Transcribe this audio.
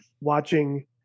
watching